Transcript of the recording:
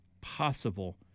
possible